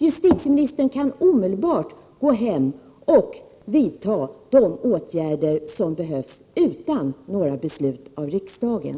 Justitieministern kan omedelbart vidta de åtgärder som behövs, utan några beslut av riksdagen.